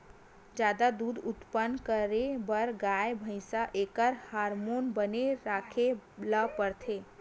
जादा दूद उत्पादन करे बर गाय, भइसी एखर हारमोन बने राखे ल परथे